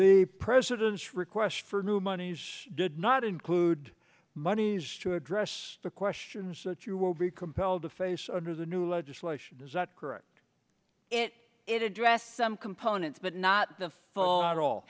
the president's request for new monies did not include monies to address the questions that you will be compelled to face under the new legislation is that correct it it addressed some components but not the full at all